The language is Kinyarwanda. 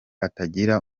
atagira